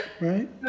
right